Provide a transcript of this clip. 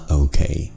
okay